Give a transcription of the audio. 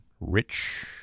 Rich